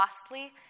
costly